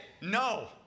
no